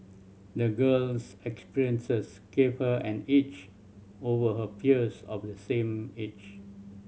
the girl's experiences gave her an edge over her peers of the same age